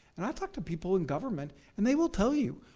and i talk to people in government and they will tell you,